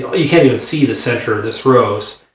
you can't even see the center of this rose.